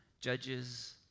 judges